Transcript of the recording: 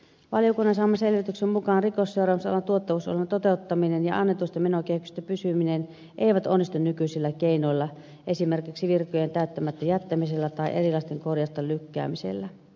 valiokunnan saaman selvityksen mukaan rikosseuraamusalan tuottavuusohjelman toteuttaminen ja annetuissa menokehyksissä pysyminen eivät onnistu nykyisillä keinoilla esimerkiksi virkojen täyttämättä jättämisellä tai erilaisten korjausten lykkäämisellä